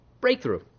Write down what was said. Breakthrough